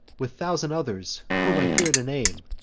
with thousand others, whom i fear to name,